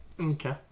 Okay